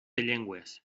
llengües